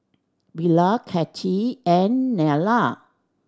Belia Cathy and Nella